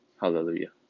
Hallelujah